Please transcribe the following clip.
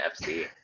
FC